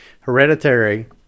Hereditary